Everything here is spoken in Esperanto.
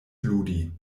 ludi